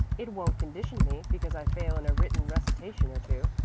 it won't condition me because i fail in a written recitation or two.